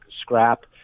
scrap